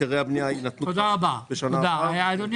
היתרי הבנייה יינתנו בשנה הבאה.